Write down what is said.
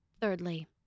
Thirdly